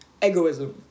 egoism